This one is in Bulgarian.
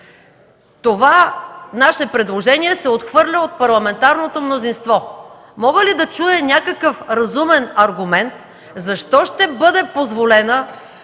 Това наше предложение се отхвърля от парламентарното мнозинство. Мога ли да чуя някакъв разумен аргумент защо ще бъде позволена